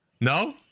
No